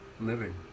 living